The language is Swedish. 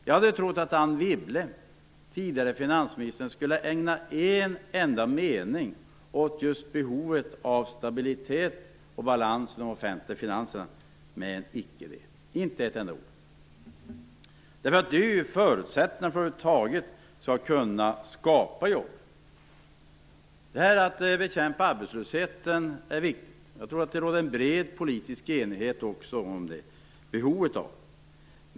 Jag hade trott att tidigare finansministern Anne Wibble skulle ägna åtminstone en enda mening åt just behovet av stabilitet och balans i de offentliga finanserna. Men icke! Inte ett enda ord! Det är ju förutsättningen för att över huvud taget kunna skapa jobb. Att bekämpa arbetslösheten är viktigt. Jag tror att det råder en bred politisk enighet också om det behovet.